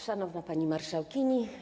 Szanowna Pani Marszałkini!